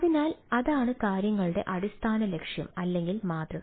അതിനാൽ അതാണ് കാര്യങ്ങളുടെ അടിസ്ഥാന ലക്ഷ്യം അല്ലെങ്കിൽ മാതൃക